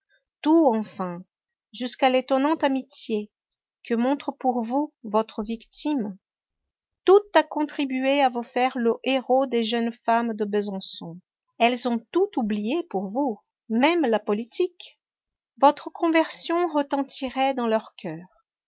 tout enfin jusqu'à l'étonnante amitié que montre pour vous votre victime tout a contribué à vous faire le héros des jeunes femmes de besançon elles ont tout oublié pour vous même la politique votre conversion retentirait dans leurs coeurs